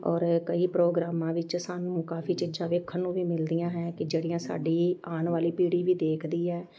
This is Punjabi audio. ਔਰ ਕਈ ਪ੍ਰੋਗਰਾਮਾਂ ਵਿੱਚ ਸਾਨੂੰ ਕਾਫੀ ਚੀਜ਼ਾਂ ਵੇਖਣ ਨੂੰ ਵੀ ਮਿਲਦੀਆਂ ਹੈ ਕਿ ਜਿਹੜੀਆਂ ਸਾਡੀ ਆਉਣ ਵਾਲੀ ਪੀੜ੍ਹੀ ਵੀ ਦੇਖਦੀ ਹੈ